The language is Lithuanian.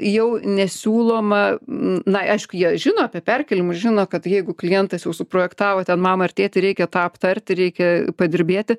jau nesiūloma n na aišku jie žino apie perkėlimus žino kad jeigu klientas jau suprojektavo ten mamą ar tėtį reikia tą aptarti reikia padirbėti